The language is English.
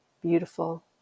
Beautiful